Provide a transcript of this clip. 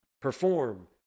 Perform